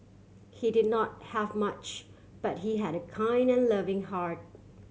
he did not have much but he had a kind and loving heart